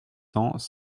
cents